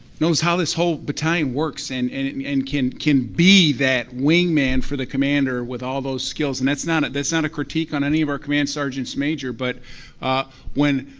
knows how this whole battalion works and and and and can can be that wing-man for the commander with all those skills. and that's not that's not a critique on any of command sergeants major, but when,